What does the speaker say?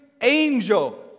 angel